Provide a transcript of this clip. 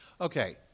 Okay